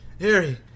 Harry